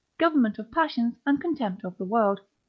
government of passions, and contempt of the world